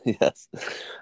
Yes